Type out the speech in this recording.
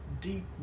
deep